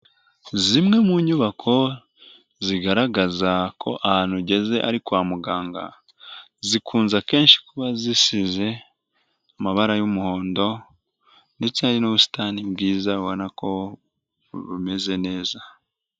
Zimwe mu nyubako zigaragaza ko ahantu ugeze ari kwa muganga zikunze akenshi kuba zisize amabara y'umuhondo ndetse n'ubusitani bwiza ubona ko bumeze neza.